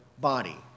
body